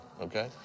okay